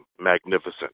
magnificent